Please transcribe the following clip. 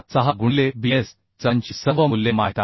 76गुणिले Bs चलांची सर्व मूल्ये माहित आहेत